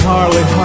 Harley